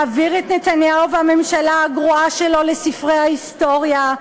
להעביר את נתניהו והממשלה הגרועה שלו לספרי ההיסטוריה,